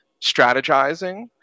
strategizing